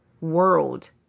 world